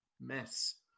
mess